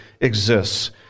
exists